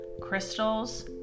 crystals